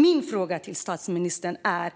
Min fråga till statsministern är: